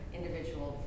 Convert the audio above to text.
individual